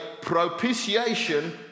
propitiation